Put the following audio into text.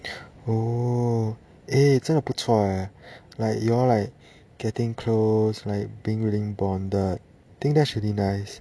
oh eh 真的不错 eh like you all like getting close like being bonded think that's really nice